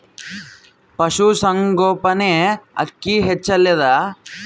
ಪಶುಸಂಗೋಪನೆ ಅಕ್ಕಿ ಹೆಚ್ಚೆಲದಾ?